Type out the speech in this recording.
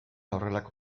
horrelako